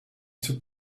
took